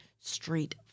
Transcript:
Street